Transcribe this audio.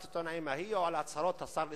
העיתונאים ההיא או להצהרות השר לשעבר,